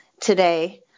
today